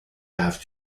have